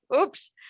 Oops